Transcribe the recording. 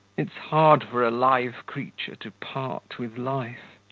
it's hard for a live creature to part with life!